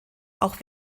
auch